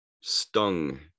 stung